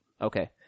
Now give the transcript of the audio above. Okay